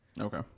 Okay